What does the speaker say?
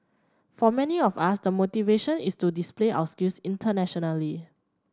for many of us the motivation is to display our skills internationally